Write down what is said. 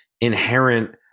inherent